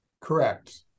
Correct